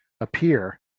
appear